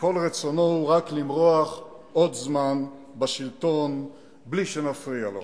וכל רצונו הוא רק למרוח עוד זמן בשלטון בלי שנפריע לו.